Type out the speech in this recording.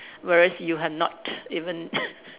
whereas you have not even